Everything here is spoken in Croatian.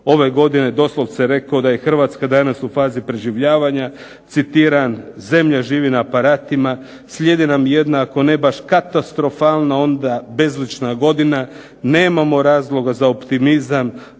ove godine doslovce rekao da je Hrvatska danas u fazi preživljavanja, citiram: "zemlja živi na aparatima, slijedi nam jedna ako ne baš katastrofalna onda bezlična godina, nemamo razloga za optimizam,